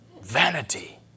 Vanity